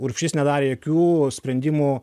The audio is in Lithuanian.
urbšys nedarė jokių sprendimų